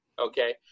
Okay